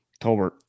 Tolbert